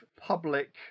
public